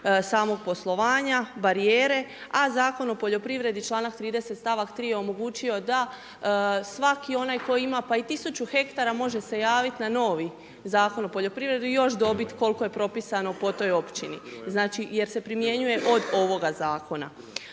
samog poslovanja, barijere, a Zakon o poljoprivredi čl. 30., st. 3. omogućio je da svaki onaj koji ima pa i 1000 hektara može se javiti na novi Zakon o poljoprivredi i još dobiti koliko je propisano po toj općini. Znači, jer se primjenjuje od ovoga Zakona.